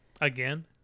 again